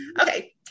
okay